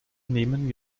nehmen